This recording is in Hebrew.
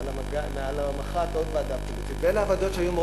מעל המח"ט עוד ועדה פוליטית,